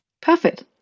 Perfect